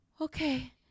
okay